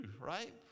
right